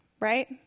right